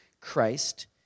christ